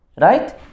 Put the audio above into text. right